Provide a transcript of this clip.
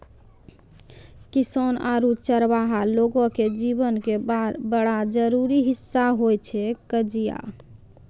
किसान आरो चरवाहा लोगो के जीवन के बड़ा जरूरी हिस्सा होय छै कचिया